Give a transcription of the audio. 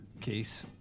case